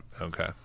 Okay